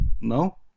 No